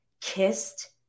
kissed